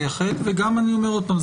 ואני אומר עוד פעם,